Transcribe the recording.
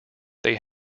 they